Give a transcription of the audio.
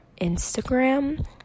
instagram